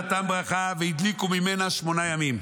נתן ברכה והדליקו ממנה שמונה ימים.